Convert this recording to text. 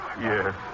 Yes